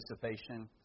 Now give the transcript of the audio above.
participation